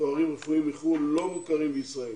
תארים רפואיים מחוץ לארץ לא מוכרים בישראל.